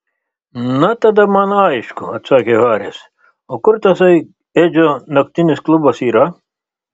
na tada man aišku atsakė haris o kur tasai edžio naktinis klubas yra